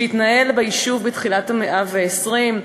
שהתנהל ביישוב בתחילת המאה ה-20,